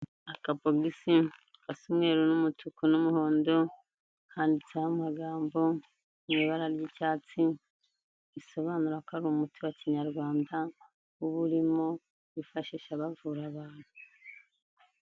Akabogisi gasa umweru n'umutuku n'umuhondo, handitseho amagambo mu ibara ry'icyatsi, bisobanura ko ari umuti wa Kinyarwanda uba urimo bifashisha bavura abantu.